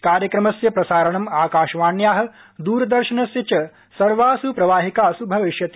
कार्यक्रमस्य प्रसारणं आकाशवाण्या द्रदर्शनस्य च सर्वास् प्रवाहिकासु भविष्यति